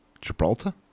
Gibraltar